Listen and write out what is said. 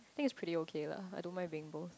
I think it's pretty okay lah I don't mind being both